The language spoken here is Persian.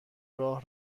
راه